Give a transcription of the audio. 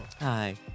Hi